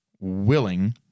willing